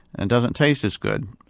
and doesn't taste as good.